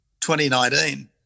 2019